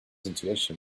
intuition